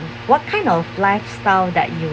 what kind of lifestyle that you